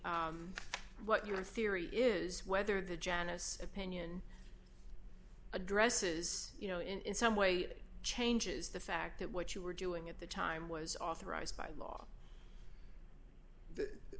what your theory is whether the janice opinion addresses you know in in some way changes the fact that what you were doing at the time was authorized by law that